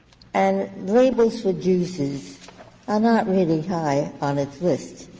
and labels for juices are not really high on its list.